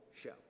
show